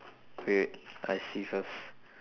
wait wait I see first